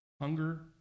hunger